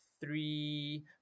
three